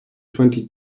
twenty